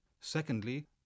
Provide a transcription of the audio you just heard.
Secondly